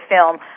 film